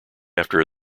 after